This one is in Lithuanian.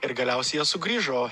ir galiausiai jie sugrįžo